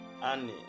Annie